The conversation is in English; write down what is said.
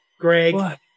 Greg